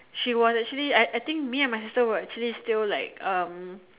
she was actually I I think me and my sister was still like um